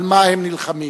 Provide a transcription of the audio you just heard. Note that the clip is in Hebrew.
על מה הם נלחמים.